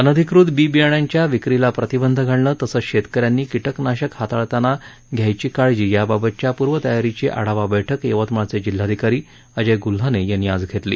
अनधिकृत बी बियाण्यांच्या विक्रीला प्रतिबंध घालणं तसंच शेतकऱ्यांनी किटक नाशक हाताळताणा घ्यायची काळजी याबाबतच्या पूर्व तयारीची आढावा बैठक यवतमाळचे जिल्हाधिकारी अजय गुल्हाने यांनी आज घेतली